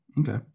Okay